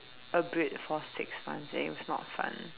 a bit for six months and it was not fun